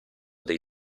dei